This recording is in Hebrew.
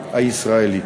ולדמוקרטיה הישראלית.